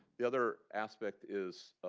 the other aspect is,